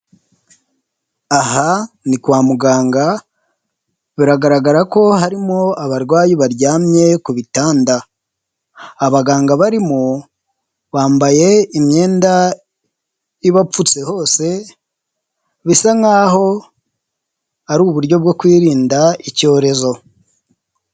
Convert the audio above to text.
Aha ni kwa muganga biragaragara ko harimo abarwayi baryamye ku bitanda, abaganga barimo bambaye imyenda ibapfutse hose bisa nk'aho ari uburyo bwo kwirinda icyorezo.